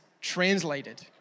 translated